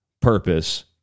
purpose